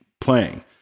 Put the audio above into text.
playing